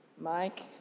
Mike